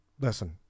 listen